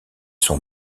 sont